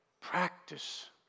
Practice